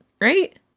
right